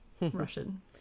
russian